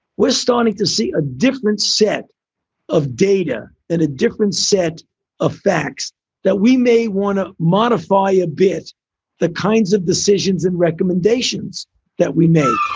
we're starting to see a different set of data and a different set of facts that we may want to modify a bit the kinds of decisions and recommendations that we make